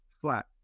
flat